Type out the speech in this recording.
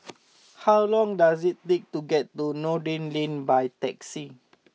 how long does it take to get to Noordin Lane by taxi